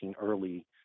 early